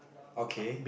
okay